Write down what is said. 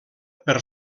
per